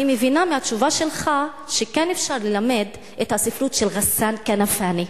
אני מבינה מהתשובה שלך שכן אפשר ללמד את הספרות של ע'סאן כנפאני.